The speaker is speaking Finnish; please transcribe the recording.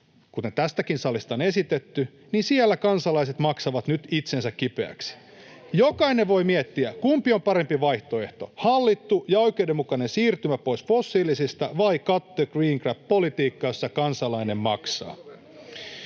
mitä tästäkin salista on esitetty — kansalaiset maksavat nyt itsensä kipeäksi. Jokainen voi miettiä, kumpi on parempi vaihtoehto: hallittu ja oikeudenmukainen siirtymä pois fossiilisista vai cut the green crap ‑politiikka, jossa kansalainen maksaa?